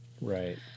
Right